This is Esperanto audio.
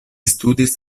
studis